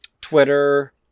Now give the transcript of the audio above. Twitter